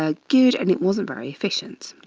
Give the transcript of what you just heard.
ah good and it wasn't very efficient.